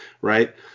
right